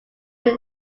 were